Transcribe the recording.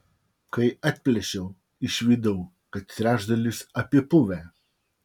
kai atplėšiau išvydau kad trečdalis apipuvę